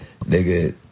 Nigga